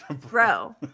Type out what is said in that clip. bro